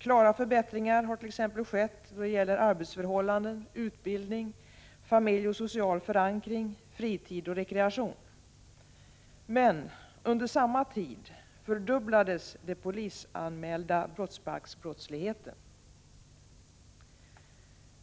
Klara förbättringar har t.ex. skett då det gäller arbetsförhållanden, utbildning, familj och social förankring, fritid och rekreation. Men under samma tid fördubblades den polisanmälda brottsbalksbrottsligheten.